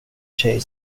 tjej